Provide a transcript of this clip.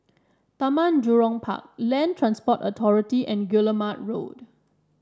Taman Jurong Park Land Transport Authority and Guillemard Road